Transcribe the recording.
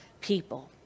people